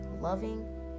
loving